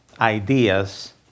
ideas